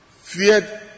feared